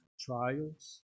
trials